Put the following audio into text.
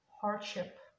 hardship